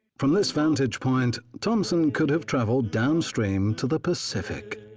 from this vantage point, thompson could have traveled downstream to the pacific.